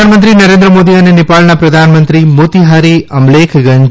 પ્રધાનમંત્રી નરેન્દ્ર મોદી અને ને ાળના પ્રધાનમંત્રી મોતીહારી અમલેખગંજ